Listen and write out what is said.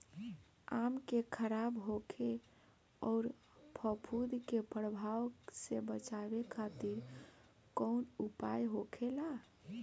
आम के खराब होखे अउर फफूद के प्रभाव से बचावे खातिर कउन उपाय होखेला?